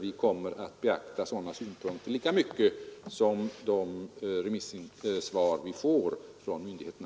Vi kommer att Nr 100 beakta sådana synpunkter lika mycket som de svar vi får från Fredagen den